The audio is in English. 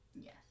Yes